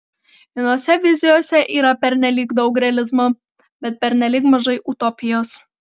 vienose vizijose yra pernelyg daug realizmo bet pernelyg mažai utopijos